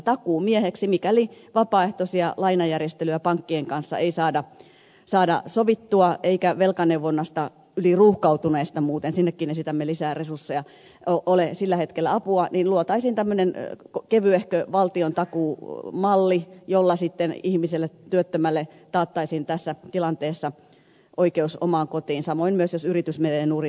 mikäli vapaaehtoisia lainajärjestelyjä pankkien kanssa ei saada sovittua eikä velkaneuvonnasta yliruuhkautuneesta muuten sinnekin esitämme lisää resursseja ole sillä hetkellä apua niin luotaisiin tämmöinen kevyehkö valtiontakuumalli jolla sitten työttömälle ihmiselle taattaisiin tässä tilanteessa oikeus omaan kotiin samoin myös jos yritys menee nurin